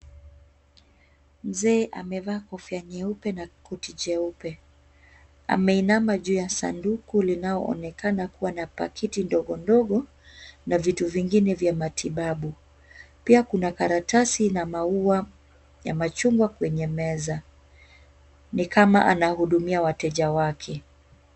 Mzee amevaa kofia nyeupe na koti jeupe. Ameinama juu ya sanduku linaloonekana kuwa na pakiti ndogo ndogo na vitu vingine vya matibabu. Pia kuna karatasi na maua ya machungwa kwenye meza, ni kama anahudumia wateja wake.